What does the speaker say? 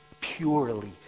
purely